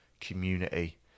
community